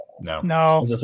No